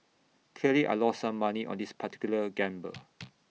clearly I lost some money on this particular gamble